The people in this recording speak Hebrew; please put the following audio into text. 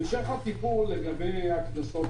לגבי המשך הטיפול לגבי הקנסות.